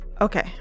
Okay